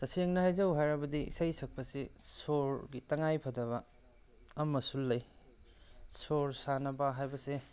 ꯇꯁꯦꯡꯅ ꯍꯥꯏꯖꯧ ꯍꯥꯏꯔꯕꯗꯤ ꯏꯁꯩ ꯁꯛꯄꯁꯤ ꯁꯣꯔꯒꯤ ꯇꯉꯥꯏ ꯐꯗꯕ ꯑꯃꯁꯨ ꯂꯩ ꯁꯣꯔ ꯁꯥꯟꯅꯕ ꯍꯥꯏꯕꯁꯦ